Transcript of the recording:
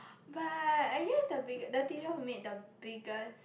but I guess the biggest the teacher who made the biggest